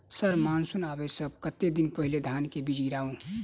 Sir monsoon आबै सऽ कतेक दिन पहिने धान केँ बीज गिराबू?